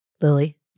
Lily